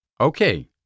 Okay